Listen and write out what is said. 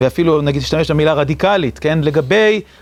ואפילו, נגיד, תשתמש במילה רדיקלית, כן? לגבי...